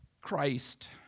Christ